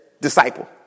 disciple